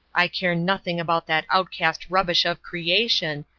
i care nothing about that outcast rubbish of creation,